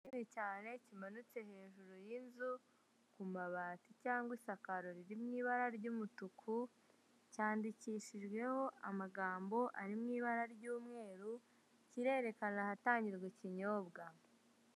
Ni kinini cyane kimanitse hejuru y'inzu, ku mabati cyangwa isakaro riri mu ibara ry'umutuku, cyandikishijweho amagambo ari mu ibara ry'umweru kirerekana ahatangirwa ikinyobwa.